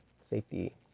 safety